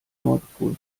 nordpol